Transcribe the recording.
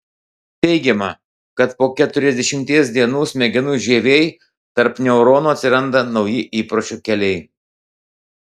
teigiama kad po keturiasdešimties dienų smegenų žievėj tarp neuronų atsiranda nauji įpročio keliai